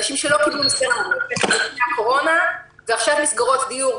אנשים שלא קיבלו היתר לפני הקורונה ועכשיו מסגרות דיור,